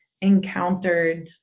encountered